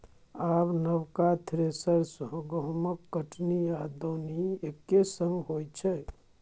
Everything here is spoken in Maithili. आब नबका थ्रेसर सँ गहुँमक कटनी आ दौनी एक्के संग होइ छै